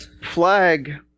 flag